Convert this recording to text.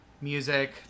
music